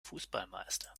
fußballmeister